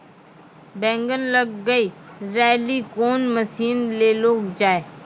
बैंगन लग गई रैली कौन मसीन ले लो जाए?